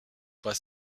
pas